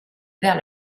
vers